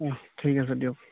অঁ ঠিক আছে দিয়ক